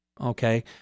okay